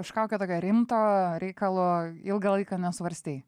kažkokio tokio rimto reikalo ilgą laiką nesvarstei